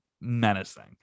menacing